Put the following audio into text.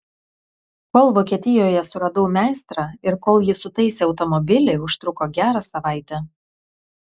kol vokietijoje suradau meistrą ir kol jis sutaisė automobilį užtruko gerą savaitę